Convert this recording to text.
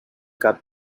cap